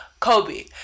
kobe